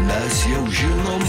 mes jau žinom